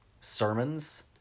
sermons